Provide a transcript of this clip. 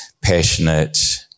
passionate